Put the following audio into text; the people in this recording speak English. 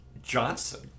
Johnson